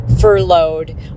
furloughed